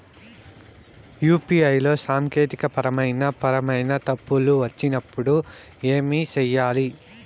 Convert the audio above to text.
UPI లో సాంకేతికపరమైన పరమైన తప్పులు వచ్చినప్పుడు ఏమి సేయాలి